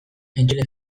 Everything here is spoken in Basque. entzule